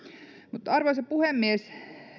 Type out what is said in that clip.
arvoisa puhemies